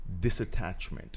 disattachment